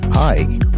Hi